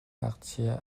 ngakchia